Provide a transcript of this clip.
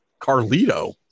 Carlito